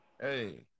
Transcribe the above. Hey